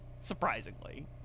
Surprisingly